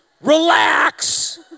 relax